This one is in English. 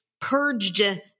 purged